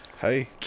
Hey